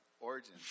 origins